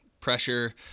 pressure